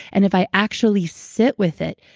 and if i actually sit with it,